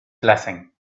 blessing